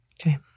Okay